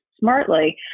smartly